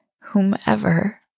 whomever